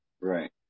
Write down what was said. Right